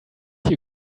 you